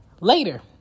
later